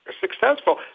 successful